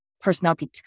personality